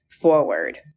forward